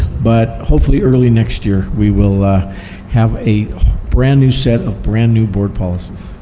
but hopefully early next year we will have a brand new set of brand new board policies.